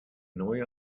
neue